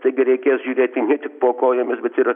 taigi reikės žiūrėti ne tik po kojomis bet ir